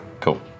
Cool